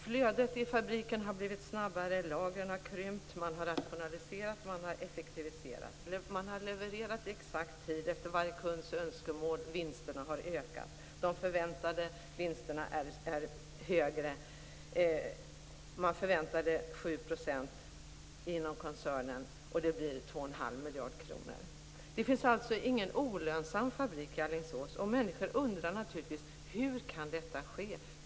Flödet i fabriken har blivit snabbare, lagren har krympt, man har rationaliserat, man har effektiviserat, man har levererat i exakt tid efter varje kunds önskemål, och vinsterna har ökat och är högre än förväntat. Man förväntade 7 % inom koncernen, och det blir 2 1⁄2 miljard kronor. Det finns alltså ingen olönsam fabrik i Alingsås, och människor undrar naturligtvis: Hur kan detta ske?